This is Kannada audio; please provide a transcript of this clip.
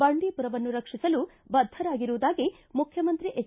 ಬಂಡಿಪುರವನ್ನು ರಕ್ಷಿಸಲು ಬದ್ದರಾಗಿರುವುದಾಗಿ ಮುಖ್ಚಮಂತ್ರಿ ಎಚ್